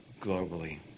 globally